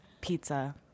Pizza